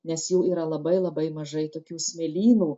nes jų yra labai labai mažai tokių smėlynų